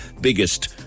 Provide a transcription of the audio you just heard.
biggest